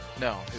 No